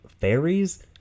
fairies